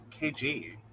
KG